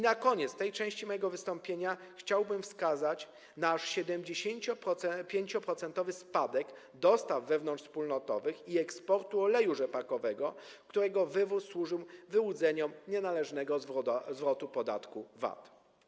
Na koniec tej części mojego wystąpienia chciałbym wskazać na aż 75-procentowy spadek dostaw wewnątrzwspólnotowych i eksportu oleju rzepakowego, którego wywóz służył wyłudzeniom nienależnego zwrotu podatku VAT.